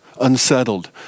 unsettled